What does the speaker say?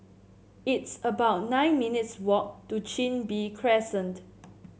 it's about nine minutes' walk to Chin Bee Crescent